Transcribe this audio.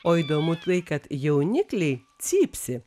o įdomu tai kad jaunikliai cypsi